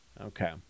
Okay